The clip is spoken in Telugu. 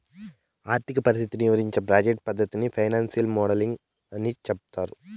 ఆర్థిక పరిస్థితిని ఇవరించే ప్రాజెక్ట్ పద్దతిని ఫైనాన్సియల్ మోడలింగ్ అని సెప్తారు